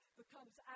becomes